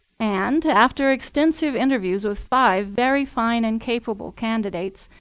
and after extensive interviews with five very fine and capable candidates,